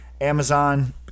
Amazon